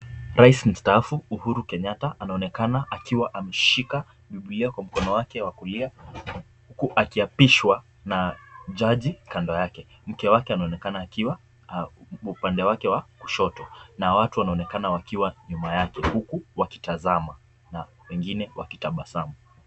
Rias msataafu Uhuru Kenyatta anaonekana akiwa ameshika Biblia kwa mkono wake wa kulia huku akiapisha na jaji kando yake. Mke wake anaonekana akiwa upande wake wa kushoto na watu wanaonekana wakiwa nyuma yake huku wakitazama na wengine wakitabasamu.